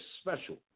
special